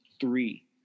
three